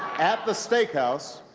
at the steakhouse,